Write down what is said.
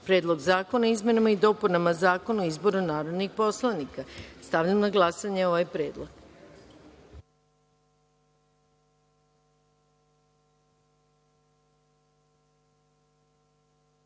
Predlog zakona o izmenama i dopunama Zakona o izboru narodnih poslanika. Stavljam na glasanje ovaj